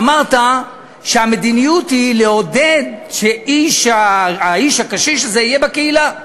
אמרת שהמדיניות היא לעודד שהאיש הקשיש הזה יהיה בקהילה,